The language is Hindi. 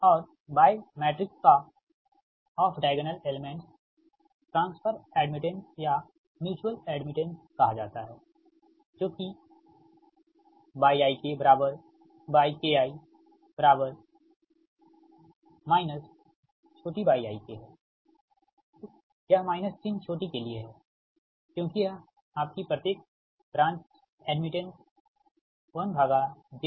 और y मैट्रिक्स का off diagonal elements transfer admittance या म्यूच्यूअल एड्मिटेंस कहा जाता है जो कि YikYki yik है ठीक यह माइनस चिन्ह छोटी के लिए है क्योंकि यह आपकी प्रत्येक ब्रांच एड्मिटेंस 1Zikहै